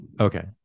Okay